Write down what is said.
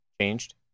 Changed